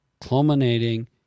culminating